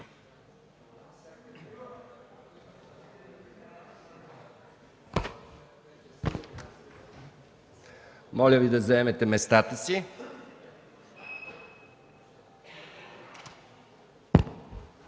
Моля Ви да заемете местата си!